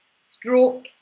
stroke